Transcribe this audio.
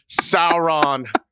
Sauron